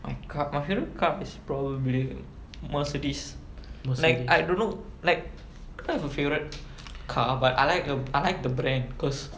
I car my favourite car is probably mercedes like I don't know like I don't have a favourite car but I like uh I like the brand cause